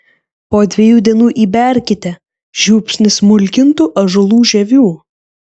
po dviejų dienų įberkite žiupsnį smulkintų ąžuolų žievių